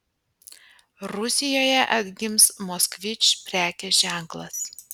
rusijoje atgims moskvič prekės ženklas